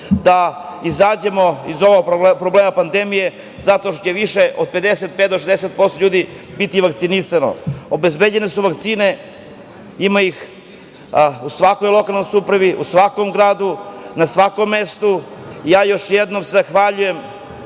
da izađemo iz ovog problema pandemije, jer će više od 55% do 60% ljudi biti vakcinisano. Obezbeđene su vakcine. Ima ih u svakoj lokalnoj samoupravi, u svakom gradu, na svakom mestu. Još jednom zahvaljujem